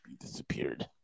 disappeared